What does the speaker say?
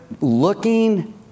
looking